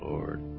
Lord